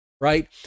right